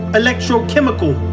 electrochemical